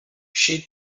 she